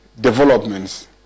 developments